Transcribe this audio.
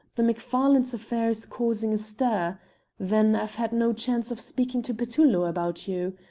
the macfarlanes' affair is causing a stir then i've had no chance of speaking to petullo about you.